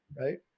right